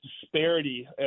disparity